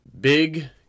Big